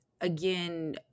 again